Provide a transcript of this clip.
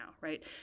right